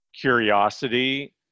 curiosity